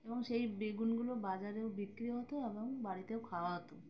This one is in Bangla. এবং সেই বেগুনগুলো বাজারেও বিক্রি হতো এবং বাড়িতেও খাওয়া হতো